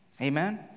amen